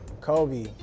Kobe